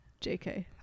JK